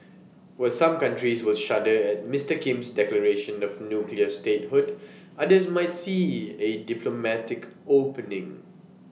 while some countries will shudder at Mister Kim's declaration of nuclear statehood others might see A diplomatic opening